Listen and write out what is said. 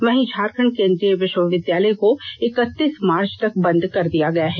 वहीं झारखंड केंद्रीय विष्वविद्यालय को इक्तीस मार्च तक बंद कर दिया गया है